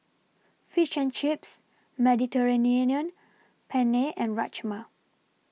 Fish and Chips Mediterranean Penne and Rajma